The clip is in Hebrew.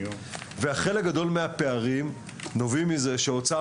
חלק גדול מן הפערים נובעים מכך שאוצר